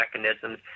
mechanisms